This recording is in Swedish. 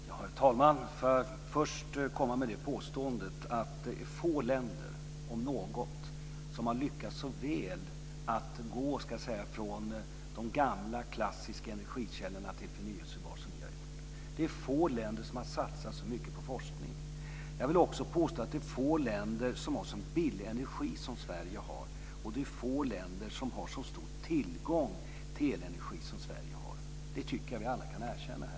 Herr talman! Först vill jag komma med det påståendet att det är få länder, om något, som har lyckats så väl att gå från de gamla klassiska energikällorna till förnybara som vi har gjort. Det är få länder som har satsat så mycket på forskning. Jag vill också påstå att det är få länder som har så billig energi som Sverige har. Det är få länder som har så stor tillgång till elenergi som Sverige har. Det tycker jag att vi alla kan erkänna här.